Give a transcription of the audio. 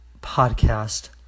podcast